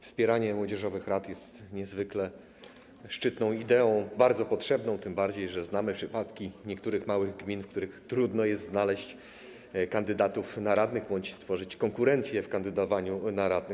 Wspieranie młodzieżowych rad jest niezwykle szczytną ideą, bardzo potrzebną, tym bardziej że znamy przypadki niektórych małych gmin, w których trudno jest znaleźć kandydatów na radnych bądź stworzyć konkurencję w kandydowaniu na radnych.